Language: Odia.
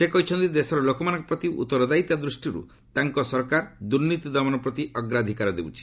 ସେ କହିଛନ୍ତି ଦେଶର ଲୋକମାନଙ୍କ ପ୍ରତି ଉତ୍ତରଦୟିତା ଦୃଷ୍ଟିରୁ ତାଙ୍କ ସରକାର ଦୂର୍ନୀତି ଦମନ ପ୍ରତି ଅଗ୍ରାଧିକାର ଦେଉଛି